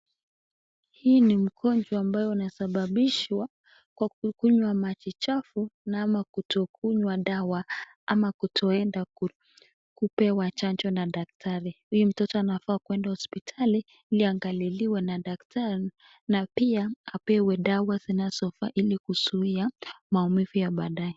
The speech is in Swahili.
Hii ni mgonjwa ambayo unasababishwa kwa kukunwa maji chafu na ama kutukunwa dawa ama kutoenda kupewa chanjo na daktari. Huyu mtoto anafaa kuenda hospitali ili aangaliliwe na daktari na pia apewe dawa zinazofa ili kuzuia maumivu ya badae.